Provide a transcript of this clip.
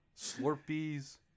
Slurpees